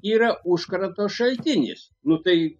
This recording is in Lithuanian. yra užkrato šaltinis nu tai